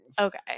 Okay